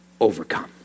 overcome